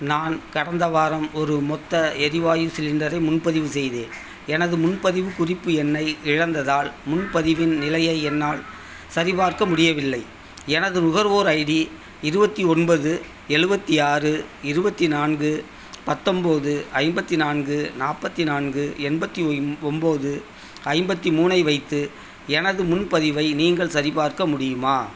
நான் கடந்த வாரம் ஒரு மொத்த எரிவாயு சிலிண்டரை முன்பதிவு செய்தேன் எனது முன்பதிவுக் குறிப்பு எண்ணை இழந்ததால் முன்பதிவின் நிலையை என்னால் சரிபார்க்க முடியவில்லை எனது நுகர்வோர் ஐடி இருபத்தி ஒன்பது எழுவத்தி ஆறு இருபத்தி நான்கு பத்தொம்பது ஐம்பத்து நான்கு நாற்பத்தி நான்கு எண்பத்து ஒய் ஒம்பது ஐம்பத்து மூணை வைத்து எனது முன்பதிவை நீங்கள் சரிபார்க்க முடியுமா